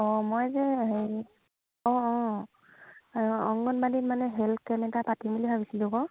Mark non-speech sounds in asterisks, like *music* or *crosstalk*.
অঁ মই যে হেৰি অঁ অঁ *unintelligible* অংগনবাদীত মানে হেল্থ কেম্প এটা পাতিম বুলি ভাবিছিলোঁ আকৌ